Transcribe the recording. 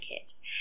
kids